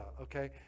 okay